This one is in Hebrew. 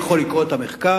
אני יכול לקרוא את המחקר?